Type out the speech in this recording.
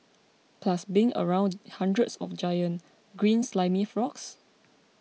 plus being around hundreds of giant green slimy frogs